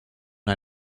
una